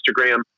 Instagram